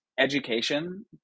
education